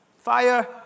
Fire